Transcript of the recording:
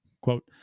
quote